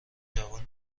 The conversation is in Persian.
جوان